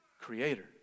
creator